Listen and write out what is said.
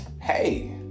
hey